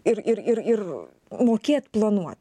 ir ir i ir mokėt planuot